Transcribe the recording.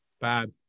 bad